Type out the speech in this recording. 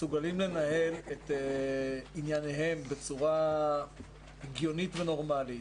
שמסוגלים לנהל את ענייניהם בצורה הגיונית ונורמלית,